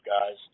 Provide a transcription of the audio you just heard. guys